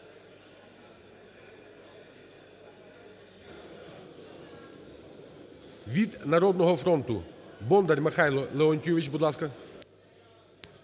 Від "Народного фронту" Бондар Михайло Леонтійович, будь ласка.